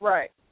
Right